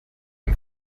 dem